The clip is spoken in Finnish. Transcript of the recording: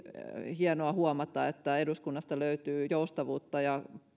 hienoa huomata että eduskunnasta löytyy joustavuutta ja